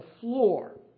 floor